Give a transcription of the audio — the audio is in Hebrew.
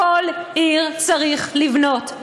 בכל עיר צריך לבנות.